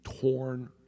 torn